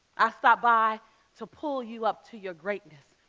i stopped by to pull you up to your greatness,